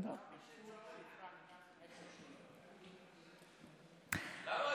למה